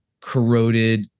Corroded